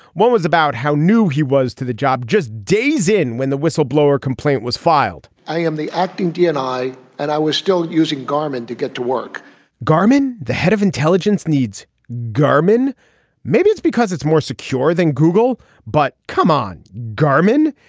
one was about how new he was to the job just days in when the whistleblower complaint was filed i am the acting dni and i was still using garman to get to work garman the head of intelligence needs garmin maybe it's because it's more secure than google. but come on garmin.